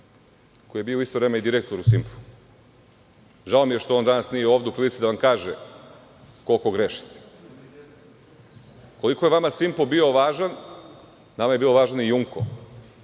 koji je bio u isto vreme i direktor u „Simpu“. Žao mi je što on danas nije ovde u prilici da vam kaže koliko grešite. Koliko je vama „Simpo“ bio važan, nama je bio važniji „Jumko“,